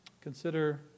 Consider